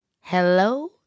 Hello